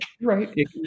right